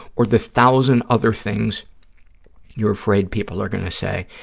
or the thousand other things you're afraid people are going to say,